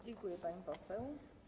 Dziękuję, pani poseł.